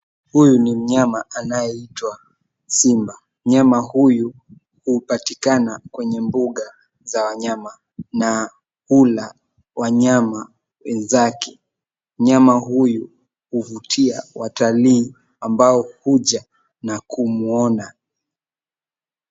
Huyu ni mnyama anayeitwa simba. Mnyama huyu hupatikana kwenye mbuga za wanyama na hula wanyama wenzake. Mnyama huyu huvutia watalii ambao huja na kumwona.